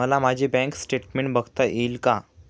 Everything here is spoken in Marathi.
मला माझे बँक स्टेटमेन्ट बघता येईल का?